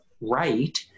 right